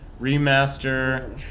remaster